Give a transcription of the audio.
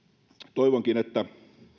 toivonkin että